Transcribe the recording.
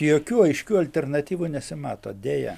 jokių aiškių alternatyvų nesimato deja